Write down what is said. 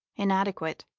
inadequate